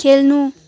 खेल्नु